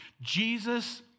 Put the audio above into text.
Jesus